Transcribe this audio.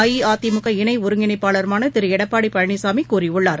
அஇஅதிமுக இணை ஒருங்கிணைப்பாளருமான திரு எடப்பாடி பழனிசாமி கூறியுள்ளார்